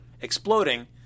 exploding